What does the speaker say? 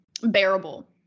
bearable